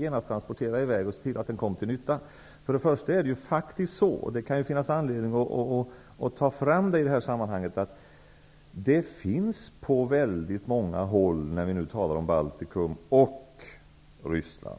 genast transportera i väg den mat vi har och se till att den kommer till nytta. Det finns ju faktiskt mat på många håll -- det kan finnas anledning att peka på det när vi talar om Baltikum och Ryssland.